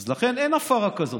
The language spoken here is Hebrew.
אז לכן, אין הפרה כזאת.